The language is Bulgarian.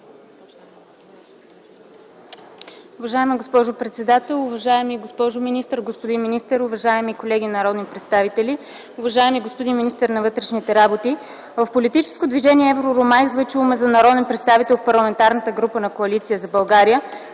Уважаема госпожо председател, уважаеми госпожо министър, господин министър, уважаеми колеги народни представители! Уважаеми господин министър на вътрешните работи, в Политическо движение „Евророма”, излъчило ме за народен представител в Парламентарната група на Коалиция за България,